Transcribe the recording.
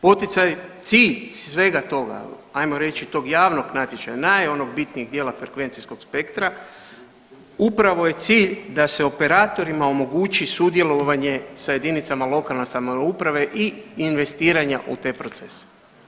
Poticaj, cilj svega toga, ajmo reći, tog javnog natječaja, naj onog bitnijeg dijela frekvencijskog spektra upravo je cilj da se operatorima omogući sudjelovanje sa jedinicama lokalne samouprave i investiranje u te procese.